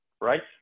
right